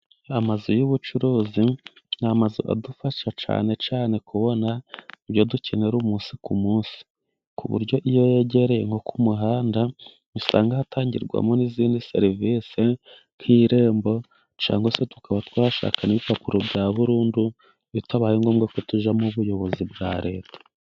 Amazu y'ubucuruzi ni amazu adufasha cyane cyane kubona ibyo dukenera umunsi ku munsi, ku buryo iyo yegere nko ku umuhanda, usanga hatangirwamo n'izindi serivise nk'irembo, cyangwase tukaba twashaka n'ibipapuro bya burundu bitabaye ngombwa ko tujya mubuyobozi bwa Leta.